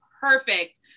perfect